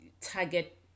target